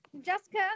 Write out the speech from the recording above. Jessica